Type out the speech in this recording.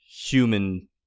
human